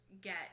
get